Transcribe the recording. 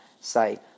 say